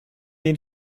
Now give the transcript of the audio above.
den